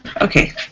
Okay